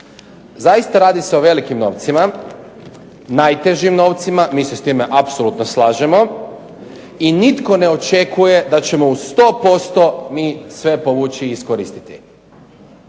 Zaista radi se o velikim novcima, najtežim novcima, mi se s time apsolutno slažemo i nitko ne očekuje da ćemo u 100% mi sve povući i iskoristiti.